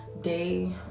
day